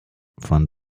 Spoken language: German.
von